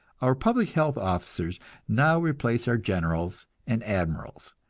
our public health officers now replace our generals and admirals,